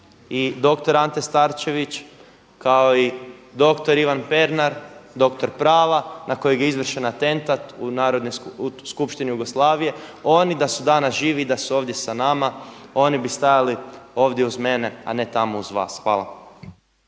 i dr. Ante Starčević kao i dr. Ivan Pernar, doktor pravo na kojega je izvršen atentat u Narodnoj skupštini Jugoslavije. Oni da su danas živi i da su ovdje s nama oni bi stajali ovdje uz mene, a ne tamo uz vas. Hvala.